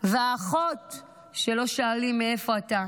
והאחות שלא שואלים מאיפה עלית.